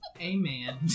Amen